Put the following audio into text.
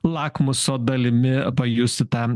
lakmuso dalimi pajusiu tą